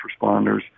responders